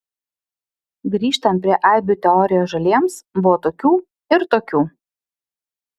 grįžtant prie aibių teorijos žaliems buvo tokių ir tokių